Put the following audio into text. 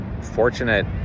fortunate